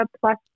plus